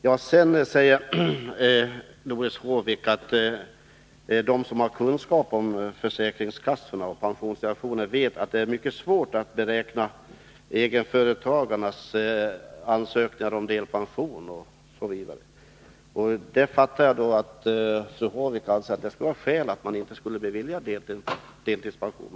Vidare sade fru Håvik att de som har kunskap om försäkringskassorna vet att det är mycket svårt att behandla egenföretagarnas ansökningar om delpension. Jag uppfattar det så att fru Håvik anser detta vara ett skäl för att inte egenföretagare beviljas delpension.